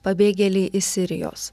pabėgėliai iš sirijos